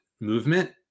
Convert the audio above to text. movement